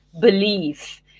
belief